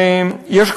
ויש,